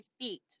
feet